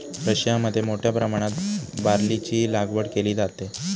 रशियामध्ये मोठ्या प्रमाणात बार्लीची लागवड केली जाते